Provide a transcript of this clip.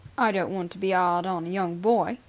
i don't want to be ard on a young boy.